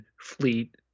fleet